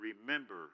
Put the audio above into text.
remember